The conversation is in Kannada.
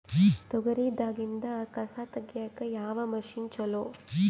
ತೊಗರಿ ದಾಗಿಂದ ಕಸಾ ತಗಿಯಕ ಯಾವ ಮಷಿನ್ ಚಲೋ?